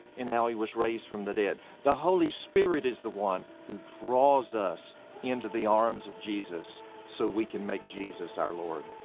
and how he was raised from the dead. the holy spirit is the one who draws us into the arms of jesus so we can make jesus our lord.